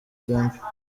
temple